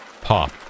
Pop